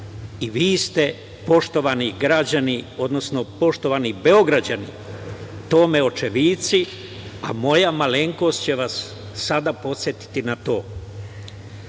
I vi ste, poštovani građani, odnosno poštovani Beograđani, tome očevidci, a moja malenkost će vas sada podsetiti na